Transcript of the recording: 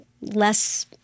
less